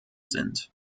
sind